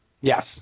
Yes